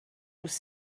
was